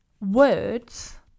words